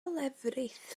lefrith